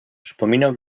przypominał